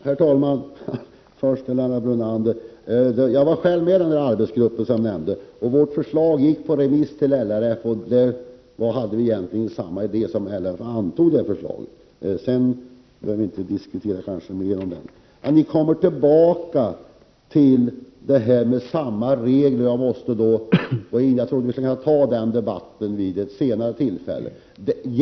Herr talman! Först till Lennart Brunander. Jag var själv med i nämnda arbetsgrupp. Vårt förslag remitterades till LRF. Vi hade egentligen samma idé. LRF antog förslaget. Men den saken behöver kanske inte diskuteras mera. Frågan om samma regler i detta sammanhang tas upp återigen. Jag trodde att vi skulle kunna föra den debatten vid ett senare tillfälle.